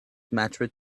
mattered